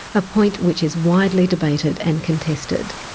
a point which is widely debated and contested,